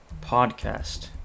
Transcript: podcast